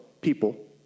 people